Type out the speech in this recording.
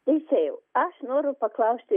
teisėjau aš noriu paklausti